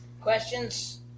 questions